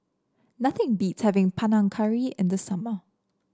nothing beats having Panang Curry in the summer